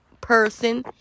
person